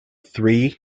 three